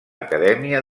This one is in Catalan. acadèmia